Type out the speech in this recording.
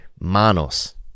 manos